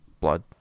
blood